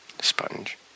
Sponge